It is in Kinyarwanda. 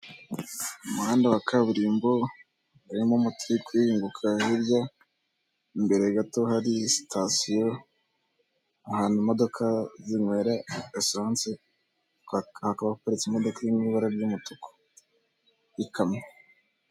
Umuhanda wa kaburimbo urimo umuti uri kurinduka hirya imbere gato hari sitasiyo ahantu imodoka zinywera esanse, hakaba haparitse imodoka iri mu ibara ry'umutuku y'ikamyo.